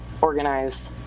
organized